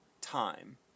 time